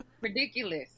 ridiculous